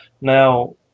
Now